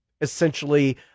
essentially